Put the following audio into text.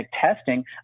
testing